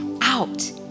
out